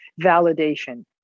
validation